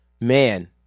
Man